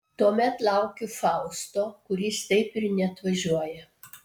tuomet laukiu fausto kuris taip ir neatvažiuoja